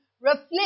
reflect